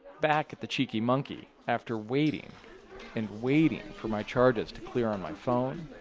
back at the cheeky monkey after waiting and waiting for my charges to clear on my phone,